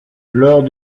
lors